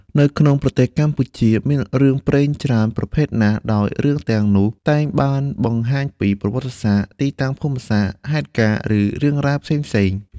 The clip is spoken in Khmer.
នៅក្នុងប្រទេសកម្ពុជា មានរឿងព្រេងច្រើនប្រភេទណាស់ ដោយរឿងទាំងនោះតែងបានបង្ហាញពី ប្រវត្តិសាស្រ្ដ ទីតាំងភូមិសាស្រ្ដ ហេតុការណ៍ ឬរឿងរ៉ាវផ្សេងៗ។